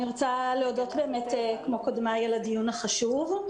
אני רוצה להודות, כמו קודמיי, על הדיון החשוב.